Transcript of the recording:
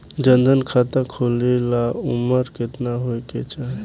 जन धन खाता खोले ला उमर केतना होए के चाही?